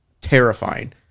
Terrifying